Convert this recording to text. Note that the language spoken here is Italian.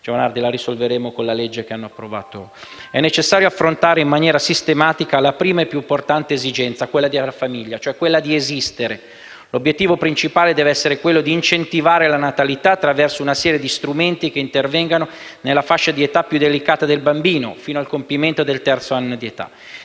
non si risolverà con la legge che avete approvato ieri. È necessario affrontare in maniera sistematica la prima e più importante esigenza, rappresentata dall'avere una famiglia, cioè esistere. L'obiettivo principale deve essere quello di incentivare la natalità attraverso una serie di strumenti che intervengano nella fascia di età più delicata del bambino, ossia fino al compimento del terzo anno di età.